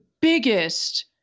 biggest